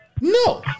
No